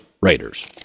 Raiders